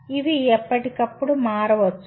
ఇవి ఎప్పటికప్పుడు మారవచ్చు